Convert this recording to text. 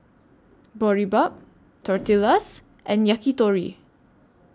Boribap Tortillas and Yakitori